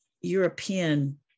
European